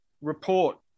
report